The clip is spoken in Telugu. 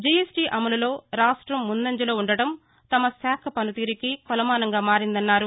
జీఎస్టీ అమలులో రాష్టం ముందంజలో ఉండడం తమ శాఖ పనితీరుకి కొలమానంగా మారిందన్నారు